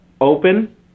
open